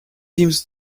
seems